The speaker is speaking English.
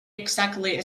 exactly